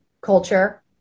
culture